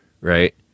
right